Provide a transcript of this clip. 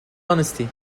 honesty